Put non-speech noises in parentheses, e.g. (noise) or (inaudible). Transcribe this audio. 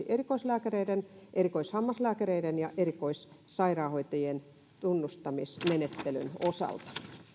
(unintelligible) erikoislääkäreiden erikoishammaslääkäreiden ja erikoissairaanhoitajien tunnustamismenettelyn osalta